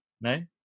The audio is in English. No